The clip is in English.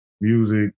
music